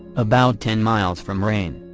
about ten miles from rayne.